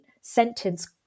sentence